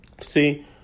See